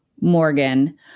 Morgan